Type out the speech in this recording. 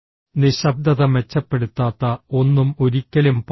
നിശബ്ദത മെച്ചപ്പെടുത്താത്ത ഒന്നും ഒരിക്കലും പറയരുത്